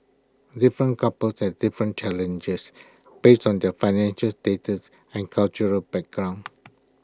different couples have different challenges based on their financial status and cultural backgrounds